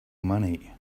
money